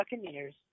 Buccaneers